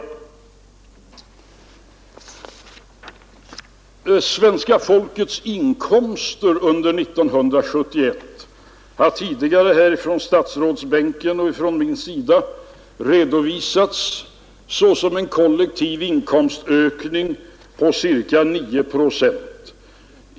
Beträffande svenska folkets inkomster under 1971 har tidigare härifrån statsrådsbänken och ifrån min sida redovisats en kollektiv inkomstökning på ca 9 procent.